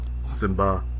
Simba